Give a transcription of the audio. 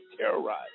terrorize